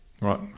Right